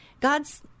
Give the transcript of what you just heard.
God's